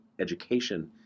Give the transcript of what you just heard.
education